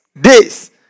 Days